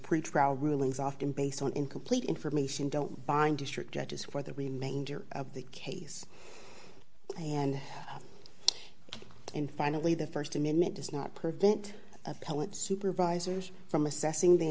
pretrial rulings often based on incomplete information don't bind district judges for the remainder of the case and in finally the st amendment does not prevent appellate supervisors from assessing the